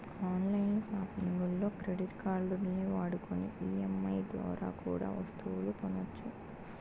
on line సాపింగుల్లో credit కార్డుల్ని వాడుకొని ఈ.ఎం.ఐ దోరా కూడా ఒస్తువులు కొనొచ్చు